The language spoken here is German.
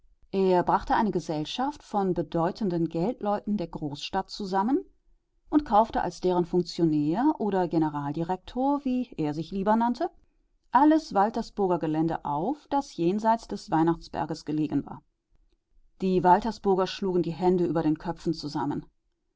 er brachte eine gesellschaft von bedeutenden geldleuten der großstadt zusammen und kaufte als deren funktionär oder generaldirektor wie er sich lieber nannte alles waltersburger gelände auf das jenseits des weihnachtsberges gelegen war die waltersburger schlugen die hände über den köpfen zusammen